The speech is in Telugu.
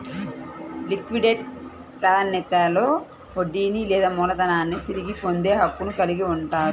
లిక్విడేట్ ప్రాధాన్యతలో వడ్డీని లేదా మూలధనాన్ని తిరిగి పొందే హక్కును కలిగి ఉంటారు